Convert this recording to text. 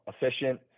efficient